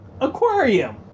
aquarium